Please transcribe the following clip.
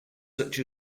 such